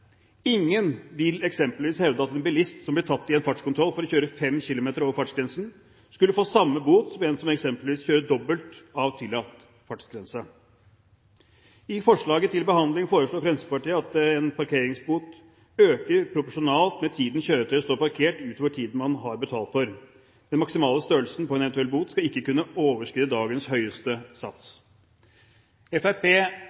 Ingen vil hevde at en bilist som blir tatt i en fartskontroll for å kjøre eksempelvis 5 km/t over fartsgrensen, skulle få samme bot som en som kjører dobbelt så fort som tillatt fartsgrense. I forslaget til behandling foreslår Fremskrittspartiet at en parkeringsbot øker proporsjonalt med tiden kjøretøyet står parkert, utover tiden man har betalt for. Den maksimale størrelsen på en eventuell bot skal ikke kunne overskride dagens høyeste